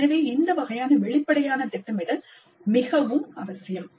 எனவே இந்த வகையான வெளிப்படையான திட்டமிடல் மிகவும் அவசியம்